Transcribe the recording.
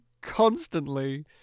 constantly